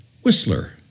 Whistler